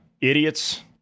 idiots